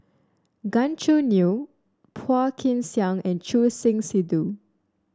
Gan Choo Neo Phua Kin Siang and Choor Singh Sidhu